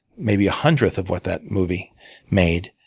maybe a hundredth of what that movie made.